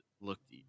looked